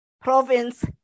province